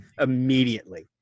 immediately